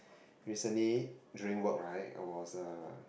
recently during work right I was uh